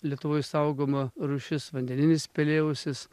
lietuvoj saugoma rūšis vandeninis pelėausis